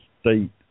state